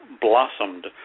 blossomed